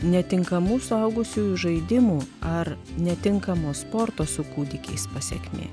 netinkamų suaugusiųjų žaidimų ar netinkamo sporto su kūdikiais pasekmė